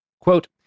Quote